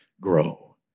grow